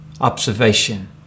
observation